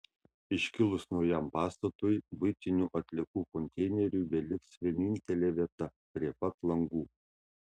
iškilus naujam pastatui buitinių atliekų konteineriui beliks vienintelė vieta prie pat langų